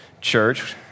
church